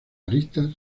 aristas